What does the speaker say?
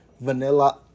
vanilla